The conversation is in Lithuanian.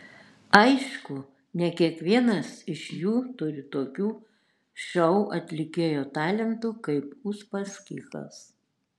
aišku ne kiekvienas iš jų turi tokių šou atlikėjo talentų kaip uspaskichas